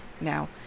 Now